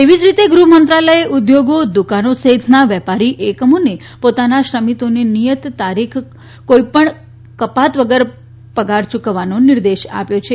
એવીજ રીતે ગૃહમંત્રાલયે ઉદ્યોગો દુકાનો સહિતના વેપારી એકમોને પોતાના શ્રમિકોને નિયત તારીખ કોઇપણ કપાત વગર પગાર યૂકવવાનો નિર્દેશ આપ્યો છે